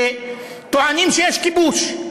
שטוענים שיש כיבוש.